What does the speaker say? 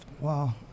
Wow